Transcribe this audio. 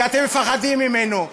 כי אתם מפחדים ממנו.